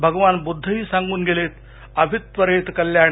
भगवान बुद्धही सांगून गेलेत अभित्वरेत कल्याणे